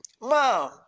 Mom